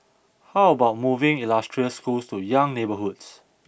how about moving illustrious schools to young neighbourhoods